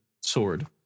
sword